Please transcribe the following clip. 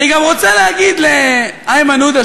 אני גם רוצה להגיד לאיימן עודה,